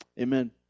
Amen